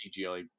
CGI